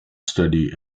study